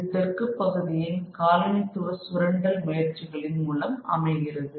இது தெற்குப் பகுதியின் காலனித்துவ சுரண்டல் முயற்சிகளின் மூலம் அமைகிறது